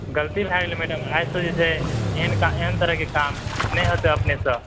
गलती भए गेलै मैडम आइ सॅं जे छै एहन तरह के काम नहि होतै अपने सॅं